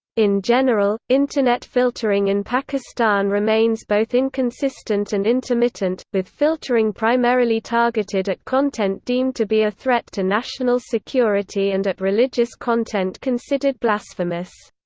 in general, internet filtering in pakistan remains both inconsistent and intermittent, with filtering primarily targeted at content deemed to be a threat to national security and at religious content considered blasphemous.